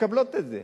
מקבלות את זה.